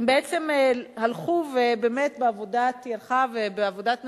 הם בעצם הלכו, ובאמת בעבודת טרחה ובעבודת נמלים,